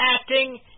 acting